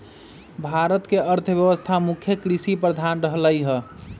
भारत के अर्थव्यवस्था मुख्य कृषि प्रधान रहलै ह